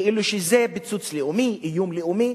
כאילו זה פיצוץ לאומי, איום לאומי.